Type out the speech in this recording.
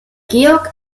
georg